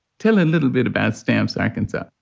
tell a little bit about stamps. i can tell.